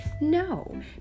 No